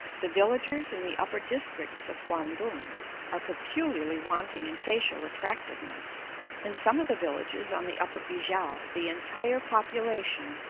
the villagers in the upper districts of quang-tung are peculiarly wanting in facial attractiveness in some of the villages on the upper pi-kiang the entire population,